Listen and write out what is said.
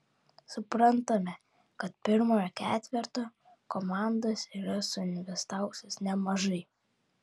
suprantame kad pirmojo ketverto komandos yra suinvestavusios nemažai